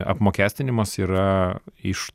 apmokestinimas yra iš